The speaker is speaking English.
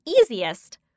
easiest